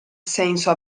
senso